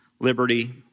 liberty